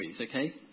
okay